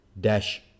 dash